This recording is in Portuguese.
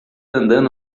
andando